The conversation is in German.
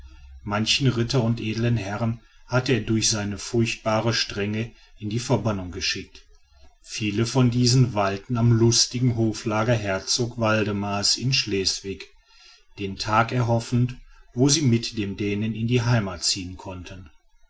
manchen ritter und edeln herrn hatte er durch seine furchtbare strenge in die verbannung geschickt viele von diesen weilten am lustigen hoflager herzog waldemars in schleswig den tag erhoffend wo sie mit den dänen in die heimat ziehen konnten